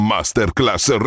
Masterclass